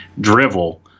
drivel